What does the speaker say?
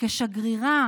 כשגרירה